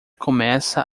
começa